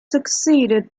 succeeded